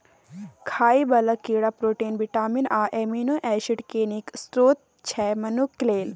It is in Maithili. खाइ बला कीड़ा प्रोटीन, बिटामिन आ एमिनो एसिड केँ नीक स्रोत छै मनुख लेल